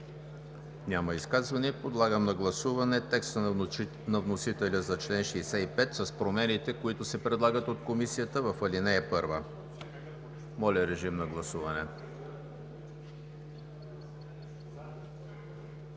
Няма изказвания. Подлагам на гласуване текста на вносителя за чл. 65 с промените, които се предлагат от Комисията в ал. 1. Гласували